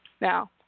Now